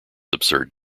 absurd